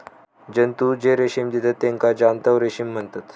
जंतु जे रेशीम देतत तेका जांतव रेशीम म्हणतत